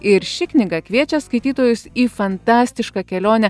ir ši knyga kviečia skaitytojus į fantastišką kelionę